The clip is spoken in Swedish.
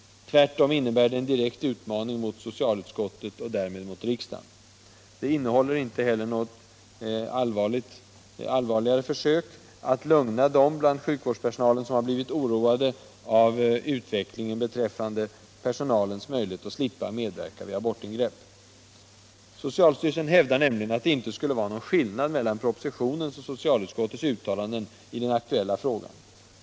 Tvärtom innebär det en direkt utmaning mot socialutskottet och därmed mot riksdagen. Det innehåller inte heller något allvarligare försök att lugna dem bland sjukvårdspersonalen som blivit oroade av utvecklingen beträffande personalens möjlighet att slippa medverka vid abortingrepp. Socialstyrelsen hävdar nämligen att det inte skulle vara någon skillnad mellan propositionen och socialutskottets uttalanden i den aktuella frågan.